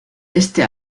este